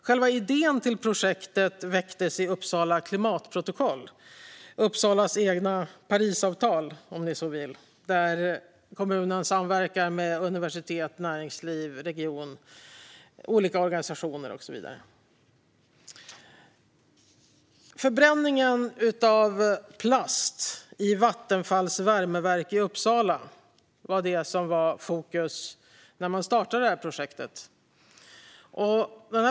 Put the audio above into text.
Själva idén till projektet väcktes i Uppsala klimatprotokoll - Uppsalas eget Parisavtal, om ni så vill, där kommunen samverkar med universitet, näringsliv, region, olika organisationer och så vidare. Förbränningen av plast i Vattenfalls värmeverk i Uppsala var det som var i fokus när man startade projektet.